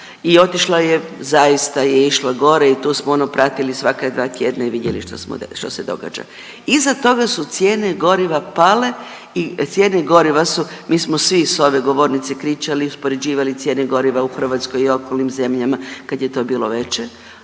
i otišla je, zaista je išla gore i tu smo ono pratili svaka dva tjedna i vidjeli što se događa, iza toga su cijene goriva pale i cijene goriva su, mi smo svi s ove govornice kričali i uspoređivali cijene goriva u Hrvatskoj i okolnim zemljama kad je to bilo veće,